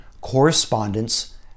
correspondence